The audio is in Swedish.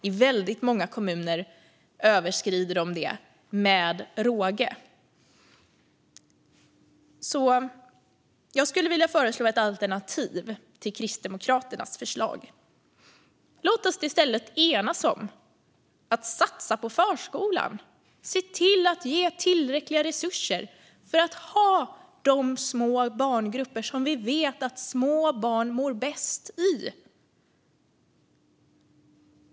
I väldigt många kommuner överskrids de med råge. Jag skulle vilja föreslå ett alternativ till Kristdemokraternas förslag. Låt oss i stället enas om att satsa på förskolan, om att se till att ge tillräckliga resurser för att ha de små barngrupper som vi vet att små barn mår bäst i.